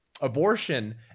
Abortion